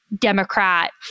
Democrat